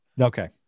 Okay